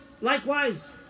likewise